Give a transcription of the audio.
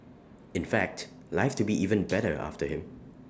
in fact life to be even better after him